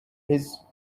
his